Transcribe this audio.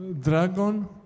dragon